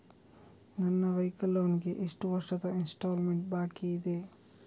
ನನ್ನ vehicle loan ಗೆ ಎಷ್ಟು ವರ್ಷದ ಇನ್ಸ್ಟಾಲ್ಮೆಂಟ್ ಬಾಕಿ ಇದೆ?